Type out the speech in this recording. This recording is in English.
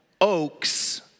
oaks